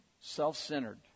self-centered